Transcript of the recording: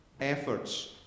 efforts